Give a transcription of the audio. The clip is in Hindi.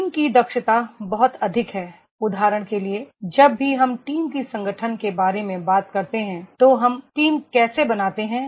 टीम की दक्षता बहुत अधिक है उदाहरण के लिए जब भी हम टीम के गठन के बारे में बात करते हैं तो हम टीम कैसे बनाते हैं